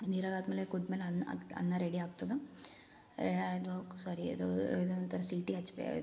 ನೀರಾಗಾದ್ಮೇಲೆ ಕುದ್ಮೇಲೆ ಅನ್ನ ರೆಡಿ ಆಗ್ತದೆ ಅದಕ್ಕು ಸರಿಯೇ ಇದು ಇದನಂತರ ಸೀಟಿ ಹಚ್ಬೇಕು